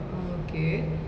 oh okay